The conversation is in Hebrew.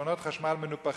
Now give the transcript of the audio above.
וחשבונות החשמל מנופחים,